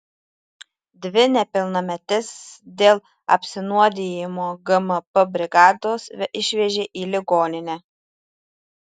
dvi nepilnametes dėl apsinuodijimo gmp brigados išvežė į ligoninę